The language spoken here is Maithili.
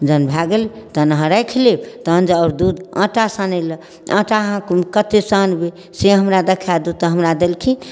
जहन भऽ गेल तहन अहाँ राखि लेब तहन आओर जे दुत आटा सानैलए आटा अहाँ कोन कतेक सानबै से हमरा देखा दौथु तऽ हमरा देलखिन